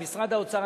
עם משרד האוצר,